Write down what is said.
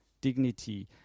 dignity